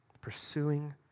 Pursuing